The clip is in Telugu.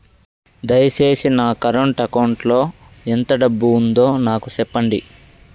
దయచేసి నా కరెంట్ అకౌంట్ లో ఎంత డబ్బు ఉందో నాకు సెప్పండి